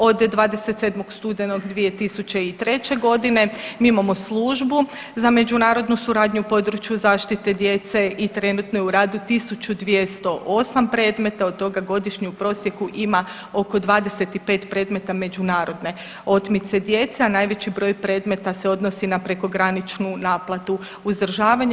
Od 27. studenog 2003. godine mi imamo službu za međunarodnu suradnju u području zaštite djece i trenutno je u radu 1208 predmeta od toga godišnje u prosjeku ima oko 25 predmeta međunarodne otmice djece, a najveći broj predmeta se odnosi na prekograničnu naplatu uzdržavanja.